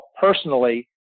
personally